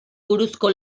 buruzko